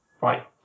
right